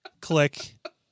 Click